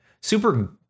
Super